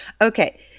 Okay